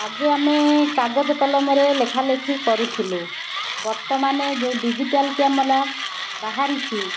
ଆଗେ ଆମେ କାଗଜ କଲମରେ ଲେଖାଲେଖି କରୁଥିଲୁ ବର୍ତ୍ତମାନେ ଯୋଉ ଡିଜିଟାଲ୍ କ୍ୟାମେରା ବାହାରିଛି